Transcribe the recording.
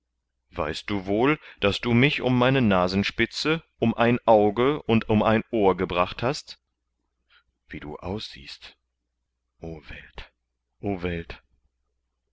weißt du wohl daß du mich um meine nasenspitze um ein auge und um ein ohr gebracht hast wie du aussiehst o welt o welt